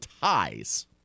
ties